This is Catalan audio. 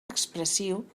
expressiu